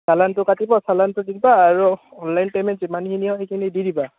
চালানটো কাটিব চালানটো দিবা আৰু অনলাইন পে'মেণ্ট যিমানখিনি হয় সেইখিনি দি দিবা